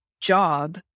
job